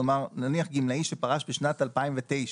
כלומר נניח גמלאי שפרש בשנת 2009,